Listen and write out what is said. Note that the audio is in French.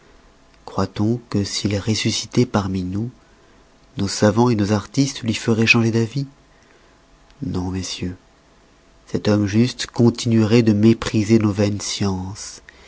croit-on que s'il ressuscitoit parmi nous nos savans nos artistes lui feroient changer d'avis non messieurs cet homme juste continueroit de mépriser nos vaines sciences